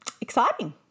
exciting